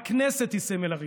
הכנסת היא סמל הריבונות.